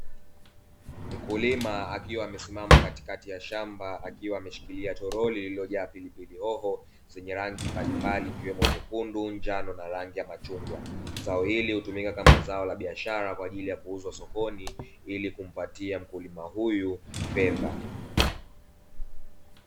Mkulima akiwa amesimama katikati ya shamba akiwa ameshikilia toroli lililojaa pilipili hoho, zenye rangi mbalimbali ikiwemo nyekundu, njano na rangi ya machungwa. Zao hili hutumika kama zao la biashara kwa ajili ya kuuzwa sokoni, ili kumpatia mkulima huyu fedha.